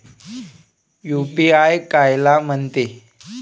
UPI कायले म्हनते?